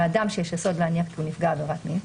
מאדם שיש יסוד להניח כי הוא נפגע עבירת מין,